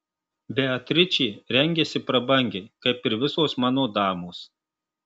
beatričė rengiasi prabangiai kaip ir visos mano damos